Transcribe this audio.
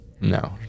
no